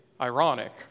ironic